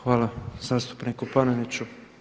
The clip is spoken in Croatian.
Hvala zastupniku Paneniću.